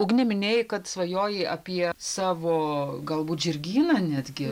ugne minėjai kad svajoji apie savo galbūt žirgyną netgi